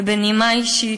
ובנימה אישית,